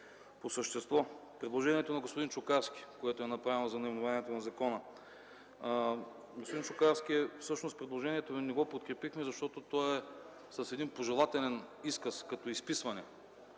По същество. Предложението на господин Чукарски, което е направено – за наименованието на закона. Господин Чукарски, всъщност не подкрепихме предложението Ви, защото то е с пожелателен изказ като изписване.